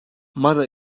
mara